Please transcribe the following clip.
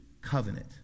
covenant